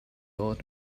old